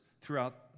throughout